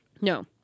No